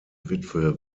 witwe